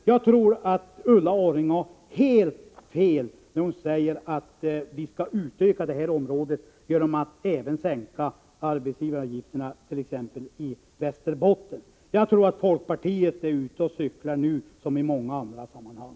Jag tror att Ulla Orring har helt fel när hon säger att vi bör utöka detta stödområde och sänka arbetsgivaravgifterna även i Västerbotten. Jag tror att folkpartiet är ute och cyklar nu som i många andra sammanhang.